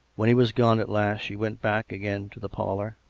when he was gone at last she went back again to the parlour,